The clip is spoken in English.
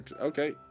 Okay